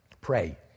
pray